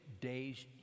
days